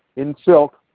in silk.